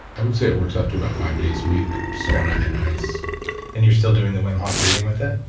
i would say it works out to about five days a week, so and in ice and you're still doing the wim hof breathing with it?